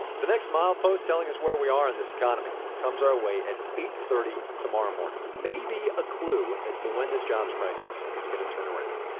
next mile post telling us where we are in this economy comes our way at eight thirty tomorrow morning maybe a clue as to when this jobs crisis is going to turn around.